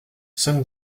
cinq